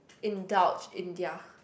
indulge in their